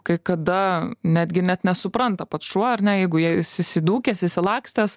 kai kada netgi net nesupranta kad šuo ar ne jeigu jis įsidūkęs įsilakstęs